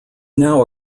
now